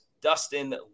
Dustin